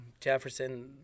Jefferson